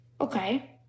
Okay